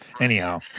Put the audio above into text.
Anyhow